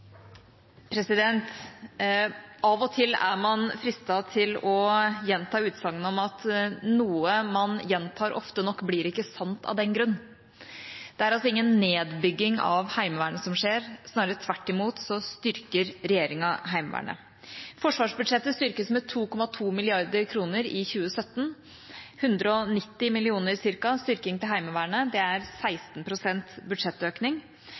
man fristet til å gjenta utsagnet om at noe man gjentar ofte nok, blir ikke sant av den grunn. Det er altså ingen nedbygging av Heimevernet som skjer. Snarere tvert imot styrker regjeringa Heimevernet. Forsvarsbudsjettet styrkes med 2,2 mrd. kr i 2017. Cirka 190 mill. kr i styrking til Heimevernet er 16 pst. budsjettøkning.